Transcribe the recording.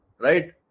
Right